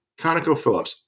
ConocoPhillips